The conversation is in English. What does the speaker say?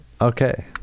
okay